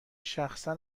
شخصا